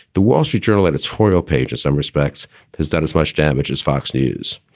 the wall street journal editorial page in some respects has done as much damage as fox news.